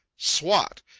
swat!